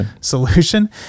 solution